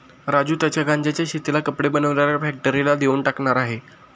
राजू त्याच्या गांज्याच्या शेतीला कपडे बनवणाऱ्या फॅक्टरीला देऊन टाकणार आहे